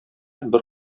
бер